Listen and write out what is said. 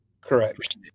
correct